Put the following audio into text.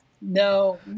No